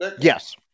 Yes